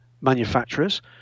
manufacturers